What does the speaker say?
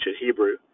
Hebrew